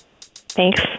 Thanks